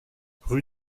rue